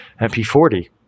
mp40